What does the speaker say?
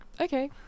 Okay